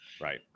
Right